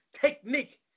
Technique